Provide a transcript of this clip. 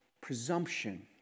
presumption